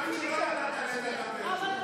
לא ידעת --- בדיוק.